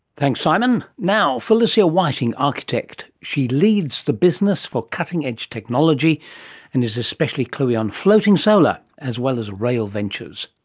thanks simon. now felicia whiting, architect. she leads the business for cutting edge technology and is especially cluey on a floating solar, as well as rail ventures.